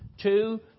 two